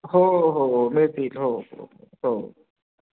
हो हो हो हो मिळतील हो हो हो